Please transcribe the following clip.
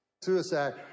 suicide